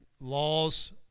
laws